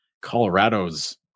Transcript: colorado's